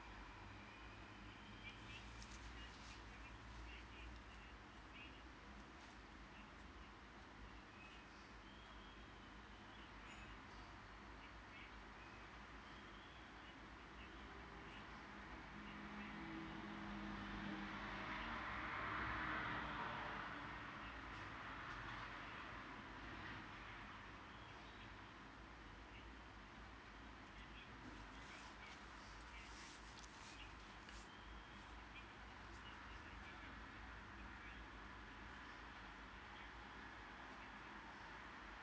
oh oh uh